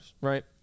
right